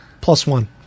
plus-one